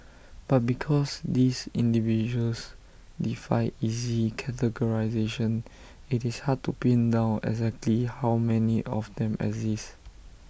but because these individuals defy easy categorisation IT is hard to pin down exactly how many of them exist